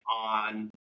on